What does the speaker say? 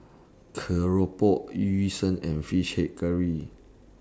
Keropok Yu Sheng and Fish Head Curry